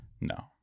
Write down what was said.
no